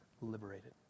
liberated